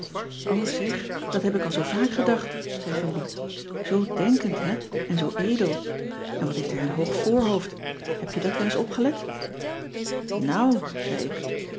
zeg dat heb ik al zoo vaak gedacht zei julie zoo denkend hè en zoo edel en wat heeft hij een hoog voorhoofd heb je dat wel eens opgelet nou zei ik